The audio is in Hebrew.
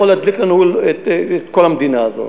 יכולה להדליק לנו את כל המדינה הזאת.